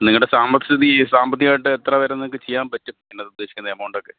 നിങ്ങളുടെ സാമ്പത്തികസ്ഥിതി സാമ്പത്തികമായിട്ട് എത്ര വരെയും നിങ്ങള്ക്കു ചെയ്യാൻ പറ്റും പിന്നെ ഉദ്ദേശിക്കുന്ന എമൗണ്ടൊക്കെ